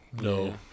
no